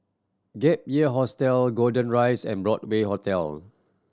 Gap Year Hostel Golden Rise and Broadway Hotel